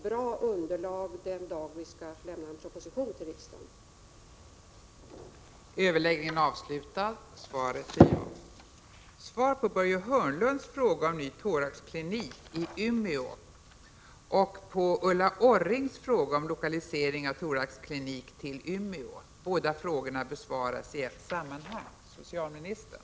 Det innebär att jag räknar med att vi kommer att ha ett bra underlag den dag vi skall lämna en proposition till riksdagen.